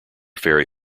ferry